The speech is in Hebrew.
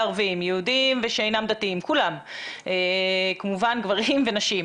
ערבים ויהודים ושאינם דתיים וכמובן גברים ונשים,